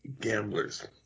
gamblers